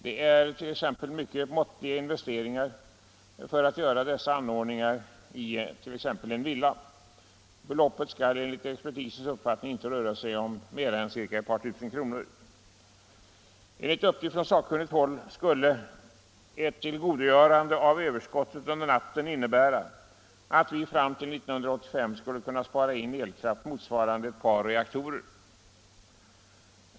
Det krävs mycket måttliga investeringar för att göra sådana anordningar i en villa. Beloppet skall enligt expertisens uppfattning inte röra sig om mera än ca 2000 kr. Enligt uppgift från sakkunnigt håll skulle ett tillgodogörande av överskottet under natten innebära att vi fram till 1985 skulle kunna spara in elkraft motsvarande ett par reaktorer.